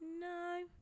No